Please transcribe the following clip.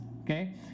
okay